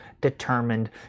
determined